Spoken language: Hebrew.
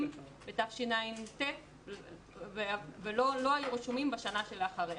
בתשע"ט ולא היו רשומים בשנה שלאחריה.